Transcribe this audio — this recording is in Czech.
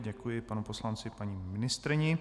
Děkuji panu poslanci, paní ministryni.